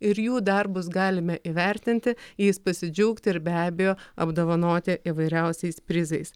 ir jų darbus galime įvertinti jais pasidžiaugti ir be abejo apdovanoti įvairiausiais prizais